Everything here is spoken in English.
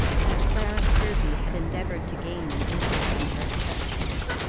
that clarence hervey had endeavoured to gain an interest in her affections,